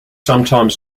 sometimes